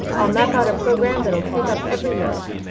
i'll map out a programme that'll take up every minute.